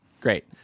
great